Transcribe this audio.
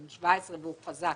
הוא בן 17 והוא חזק,